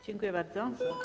Dziękuję bardzo.